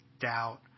doubt